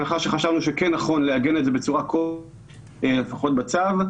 מאחר שחשבנו שכן נכון לעגן את זה בצורה כלשהי לפחות בצו,